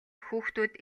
хүүхдүүд